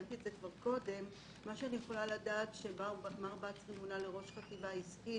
מה שאני יכולה להגיד זה שמר בצרי מונה לראש החטיבה העסקית,